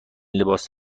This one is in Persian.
لباس